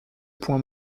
point